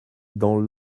dans